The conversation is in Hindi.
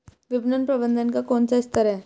विपणन प्रबंधन का कौन सा स्तर है?